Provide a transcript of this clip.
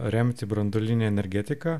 remti branduolinė energetika